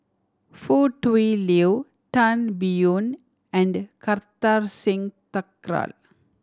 Foo Tui Liew Tan Biyun and Kartar Singh Thakral